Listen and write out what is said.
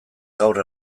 gaur